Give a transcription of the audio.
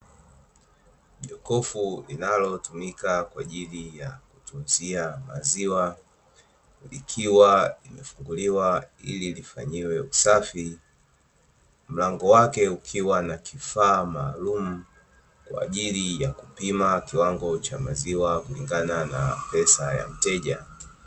Jokofu linalotumika kwaajili ya kutunzia maziwa, likiwa limefunguliwa ili lifanyiwe usafi. Mlango wake ykiwa na kifaa maalumu, kwaajili ya kupima kiwango cha maziwa kulingana na pesa ya mteja.